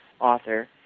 author